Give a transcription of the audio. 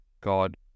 God